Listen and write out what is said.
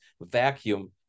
vacuum